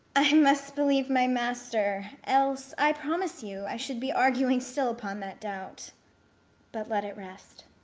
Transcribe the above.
i must believe my master else, i promise you, i should be arguing still upon that doubt but let it rest.